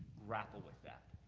grapple with that.